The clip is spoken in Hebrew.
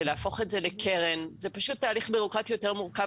להפוך את זה לקרן זה פשוט תהליך בירוקרטי יותר מורכב